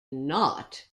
not